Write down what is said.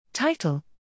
title